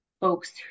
folks